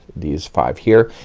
these five here.